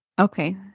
okay